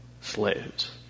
slaves